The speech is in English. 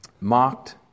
Mocked